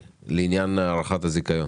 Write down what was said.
בירוקרטיה ארוכה כזאת כאילו אין לסיפור הזה